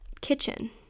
kitchen